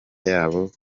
yabo